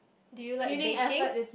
do you like baking